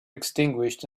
extinguished